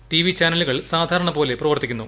T V ചാനലുകൾ സാധാരണ പോലെ പ്രവർത്തിക്കുന്നു